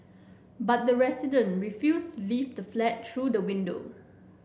but the resident refused to leave the flat through the window